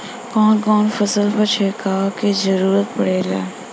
कवन कवन फसल पर छिड़काव के जरूरत पड़ेला?